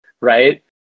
right